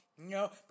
No